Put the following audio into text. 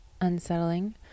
unsettling